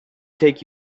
take